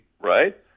right